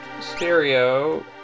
stereo